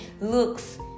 looks